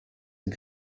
den